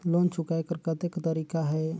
Loan चुकाय कर कतेक तरीका है?